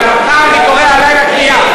בגללך אני קורע הלילה קריעה.